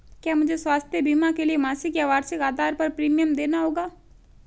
क्या मुझे स्वास्थ्य बीमा के लिए मासिक या वार्षिक आधार पर प्रीमियम देना होगा?